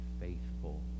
faithful